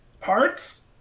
parts